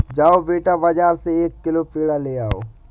जाओ बेटा, बाजार से एक किलो पेड़ा ले आओ